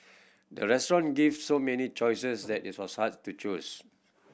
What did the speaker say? the restaurant gave so many choices that it was hard to choose